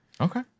Okay